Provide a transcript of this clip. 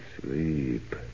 Sleep